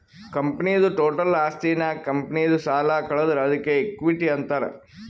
ಕಂಪನಿದು ಟೋಟಲ್ ಆಸ್ತಿನಾಗ್ ಕಂಪನಿದು ಸಾಲ ಕಳದುರ್ ಅದ್ಕೆ ಇಕ್ವಿಟಿ ಅಂತಾರ್